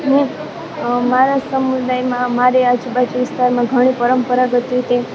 હું મારા સમુદાયમાં મારી આજુબાજુ વિસ્તારમાં ઘણી પરંપરાગત રીતે